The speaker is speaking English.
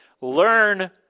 learn